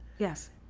Yes